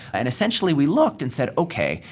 and essentially we looked and said, ok,